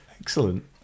Excellent